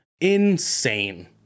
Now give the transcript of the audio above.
insane